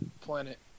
Planet